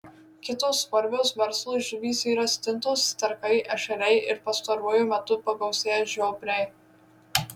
kitos svarbios verslui žuvys yra stintos sterkai ešeriai ir pastaruoju metu pagausėję žiobriai